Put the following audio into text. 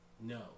No